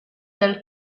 del